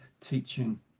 teaching